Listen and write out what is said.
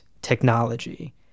technology